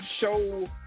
show